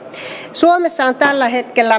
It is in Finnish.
suomessa on tällä hetkellä